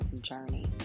journey